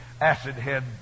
acid-head